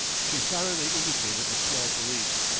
she silently indicated a small valise,